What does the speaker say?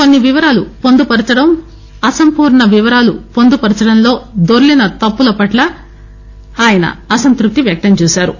కొన్ని వివరాలు పొందుపరచడం అసంపూర్ణ వివరాలు పొందుపరచడంలో దొర్లిన తప్పులపట్ల అసంతృప్తి వ్యక్తం చేశారు